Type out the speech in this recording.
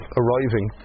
arriving